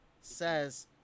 says